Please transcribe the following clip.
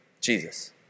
Jesus